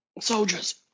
soldiers